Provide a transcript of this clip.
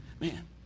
Man